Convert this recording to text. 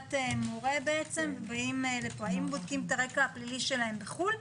תעודת הוראה - האם בודקים את הרקע הפלילי שלהם בחו"ל?